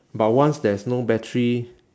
but once there's no battery